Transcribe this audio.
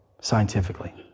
scientifically